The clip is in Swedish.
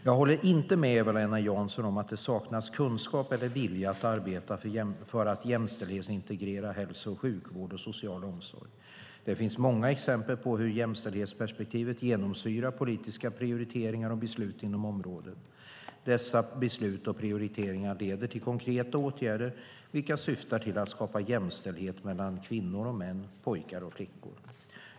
Jag håller inte med Eva-Lena Jansson om att det saknas kunskap eller vilja att arbeta för att jämställdhetsintegrera hälso och sjukvård och social omsorg. Det finns många exempel på hur jämställdhetsperspektivet genomsyrar politiska prioriteringar och beslut inom området. Dessa beslut och prioriteringar leder till konkreta åtgärder, vilka syftar till att skapa jämställdhet mellan kvinnor och män, pojkar och flickor.